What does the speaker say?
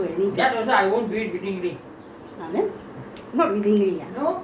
painting the house lah doing this lah doing that but now you don't do any of that